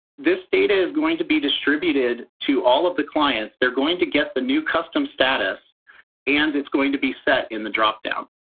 this data is going to be distributed to all of the clients. they're going to get the new custom status and it's going to be set in the drop-down.